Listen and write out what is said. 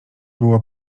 było